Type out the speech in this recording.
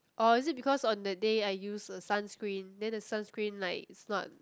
or is it because on that day I use a sunscreen then the sunscreen like is not